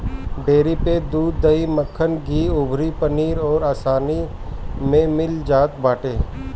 dairy पे दूध, दही, मक्खन, घीव अउरी पनीर अब आसानी में मिल जात बाटे